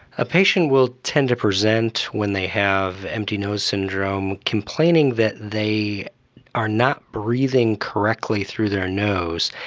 a patient will tend to present when they have empty nose syndrome complaining that they are not breathing correctly through their nose.